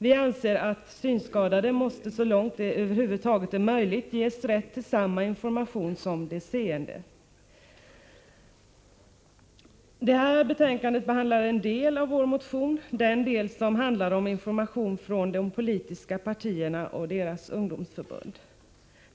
Vi anser att synskadade måste — så långt det över huvud taget är möjligt — ges rätt till samma information som de seende. Det här betänkandet behandlar en del av vår motion — den del som handlar om information från de politiska partierna och deras ungdomsförbund.